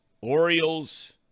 Orioles